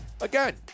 again